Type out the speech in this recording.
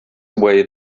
way